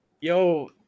Yo